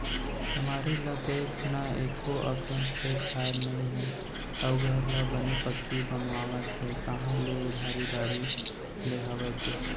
समारू ल देख न एको अकन खेत खार नइ हे अउ घर ल बने पक्की बनवावत हे कांहा ले उधारी बाड़ही ले हवय ते?